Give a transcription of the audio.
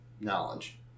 knowledge